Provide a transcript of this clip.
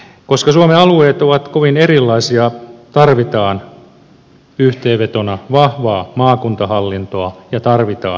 koska suomen alueet ovat kovin erilaisia tarvitaan yhteenvetona vahvaa maakuntahallintoa ja tarvitaan maakunnat